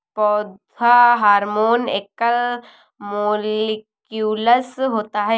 पौधा हार्मोन एकल मौलिक्यूलस होता है